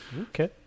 Okay